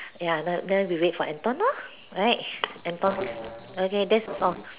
ya then then we wait for Anton lor right Anton okay that's all